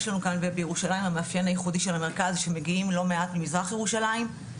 המרכז בירושלים המאפיין הייחודי של המרכז שמגיעים לא מעט ממזרח ירושלים.